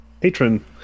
patron